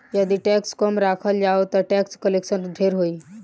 यदि टैक्स कम राखल जाओ ता टैक्स कलेक्शन ढेर होई